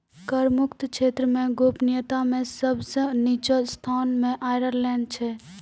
कर मुक्त क्षेत्र मे गोपनीयता मे सब सं निच्चो स्थान मे आयरलैंड छै